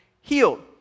healed